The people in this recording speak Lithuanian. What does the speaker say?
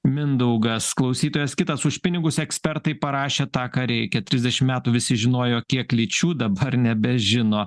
mindaugas klausytojas kitas už pinigus ekspertai parašė tą ką reikia trisdešim metų visi žinojo kiek lyčių dabar nebežino